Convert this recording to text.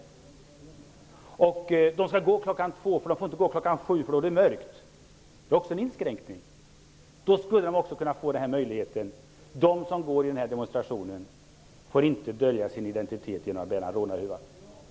Demonstrationen får vara klockan två och inte klockan sju, för då är det mörkt. Det är också en inskränkning. Därför borde polisen också kunna få möjligheten att säga att de som går i demonstrationen inte får dölja sin identitet genom att bära en rånarhuva.